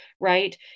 right